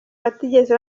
batigeze